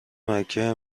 مکه